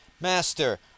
Master